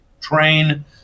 train